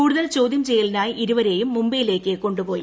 കൂടുതൽ ഏപ്പോഴ്ചും ചെയ്യലിനായി ഇരുവരെയും മുംബൈയിലേക്ക് കൊണ്ടൂപ്പോയി